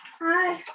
Hi